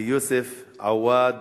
ליוסף עוואד